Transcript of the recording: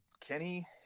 Kenny